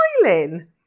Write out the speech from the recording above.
smiling